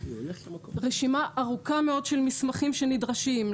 רשימה ארוכה מאוד של מסמכים שנדרשים,